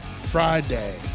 Friday